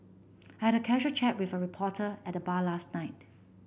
I had a casual chat with a reporter at the bar last night